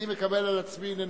אני מקבל על עצמי לנסות,